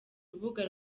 urubuga